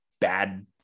bad